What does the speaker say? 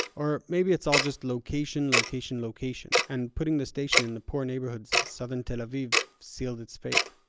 or maybe it's all just location, location, location, and putting the station in the poor neighborhoods of southern tel aviv sealed its fate.